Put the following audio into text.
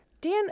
Dan